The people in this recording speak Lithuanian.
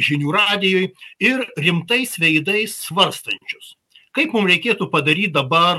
žinių radijui ir rimtais veidais svarstančius kaip mum reikėtų padaryt dabar